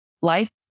life